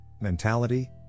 mentality